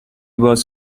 باز